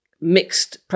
mixed